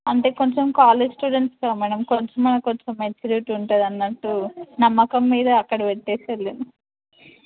అంటే కొంచెం college students కదా మ్యాడమ్ కొంచెం అన్నా కొంచెం మెచ్యూరిటీ ఉంటుంది అన్నట్టు నమ్మకం మీద అక్కడ పెట్టి వెళ్ళాను